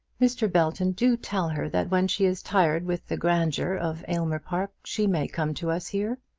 mr. belton, do tell her that when she is tired with the grandeur of aylmer park she may come to us here.